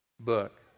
book